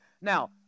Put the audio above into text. Now